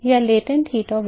तो हमारे पास 4 है